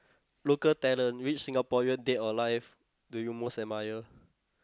local talent which Singaporean dead or live do you most admire